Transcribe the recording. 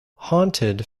haunted